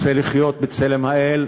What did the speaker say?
רוצה לחיות בצלם האל,